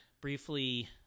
briefly